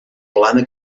plana